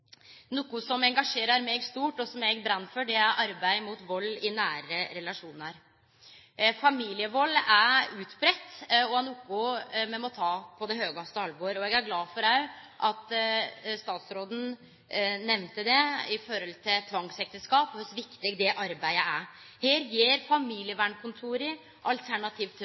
Noko som engasjerer meg stort, og som eg brenn for, er arbeidet mot vald i nære relasjonar. Familievald er utbreidd og noko me må ta på høgaste alvor. Eg er glad for at statsråden òg nemnde det i forhold til tvangsekteskap, og kor viktig det arbeidet er. Her er familievernkontora, Alternativ til